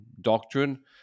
doctrine